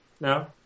No